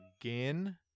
again